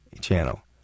channel